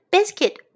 Biscuit